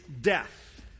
death